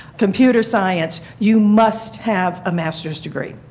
computer science, you must have a master's degree.